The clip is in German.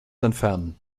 entfernen